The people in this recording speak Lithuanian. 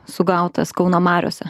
sugautas kauno mariose